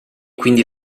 quindi